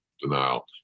denial